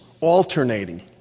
alternating